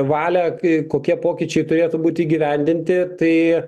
valią kai kokie pokyčiai turėtų būti įgyvendinti tai